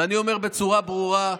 ואני אומר בצורה ברורה: